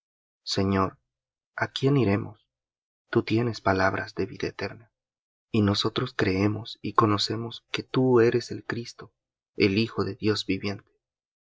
señor á quién iremos tú tienes palabras de vida eterna y nosotros creemos y conocemos que tú eres el cristo el hijo de dios viviente